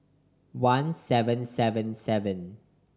one seven seven seven